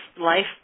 life